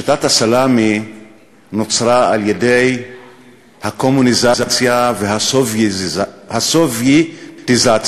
שיטת הסלאמי נוצרה על-ידי הקומוניזציה והסובייטיזציה.